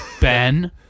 Ben